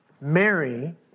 Mary